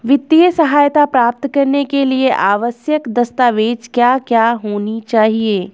वित्तीय सहायता प्राप्त करने के लिए आवश्यक दस्तावेज क्या क्या होनी चाहिए?